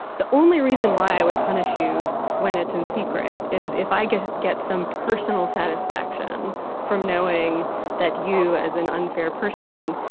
the only reason why i would punish you when it's in secret is if i get get some personal satisfaction from knowing that you, as an unfair person,